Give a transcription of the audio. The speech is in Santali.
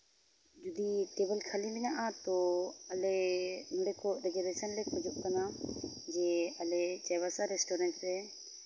ᱡᱩᱫᱤ ᱴᱮᱵᱤᱞ ᱠᱷᱟᱹᱞᱤ ᱢᱮᱱᱟᱜᱼᱟ ᱛᱳ ᱟᱞᱮ ᱱᱚᱰᱮ ᱠᱷᱚᱡ ᱨᱤᱡᱟᱨᱵᱷᱮᱥᱮᱱ ᱞᱮ ᱠᱷᱚᱡᱚᱜ ᱠᱟᱱᱟ ᱡᱮ ᱟᱞᱮ ᱪᱟᱹᱭᱵᱟᱥᱟ ᱨᱮᱥᱴᱩᱨᱮᱱᱴ ᱨᱮ